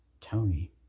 Tony